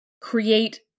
create